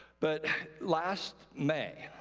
but last may,